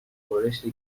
خورشت